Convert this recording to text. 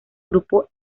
grupo